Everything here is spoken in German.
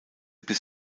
bis